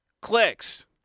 clicks